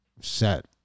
set